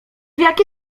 jaki